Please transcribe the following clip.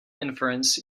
inference